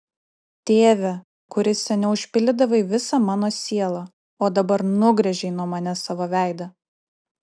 tėve kuris seniau užpildydavai visą mano sielą o dabar nugręžei nuo manęs savo veidą